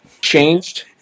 changed